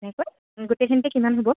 এনেকৈ গোটেইখিনিতে কিমান হ'ব